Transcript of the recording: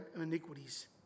iniquities